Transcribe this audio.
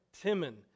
Timon